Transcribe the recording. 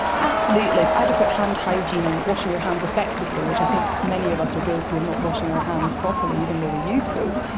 absolutely, adequate hand hygiene and washing your hands effectively, which i think many of us are guilty of not washing our hands properly, even though we use soap,